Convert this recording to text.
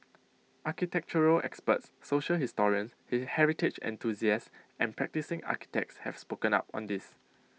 architectural experts social historians heritage enthusiasts and practising architects have spoken up on this